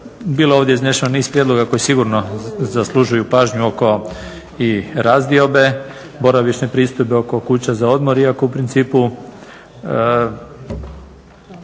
Bilo je ovdje iznešeno niz prijedloga koji sigurno zaslužuju pažnju oko razdiobe boravišne pristojbe, oko kuće za odmor iako u principu